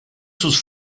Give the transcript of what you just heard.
sus